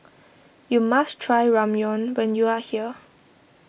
you must try Ramyeon when you are here